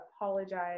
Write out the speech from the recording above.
apologize